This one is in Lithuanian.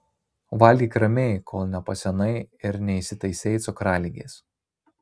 valgyk ramiai kol nepasenai ir neįsitaisei cukraligės